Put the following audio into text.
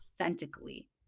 authentically